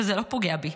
אבל זה לא פוגע בי.